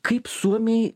kaip suomiai